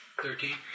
thirteen